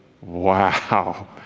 Wow